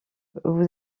vous